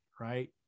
right